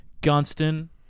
Gunston